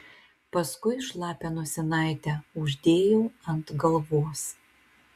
paskui šlapią nosinaitę uždėjau ant galvos